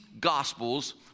gospels